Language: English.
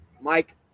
Mike